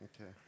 Okay